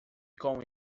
com